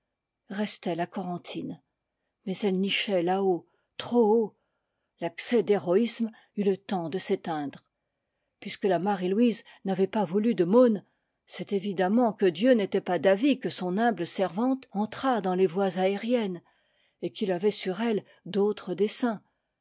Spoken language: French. restait la corentine mais elle nichait là-haut trop haut l'accès d'héroïsme eut le temps de s'éteindre puisque la marie-louise n'avait pas voulu de môn c'est évidemment que dieu n'était pas d'avis que son humble servante entrât dans les voies aériennes et qu'il avait sur elle d'autres